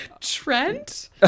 Trent